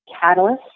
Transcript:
catalyst